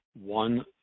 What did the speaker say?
one